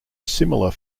similar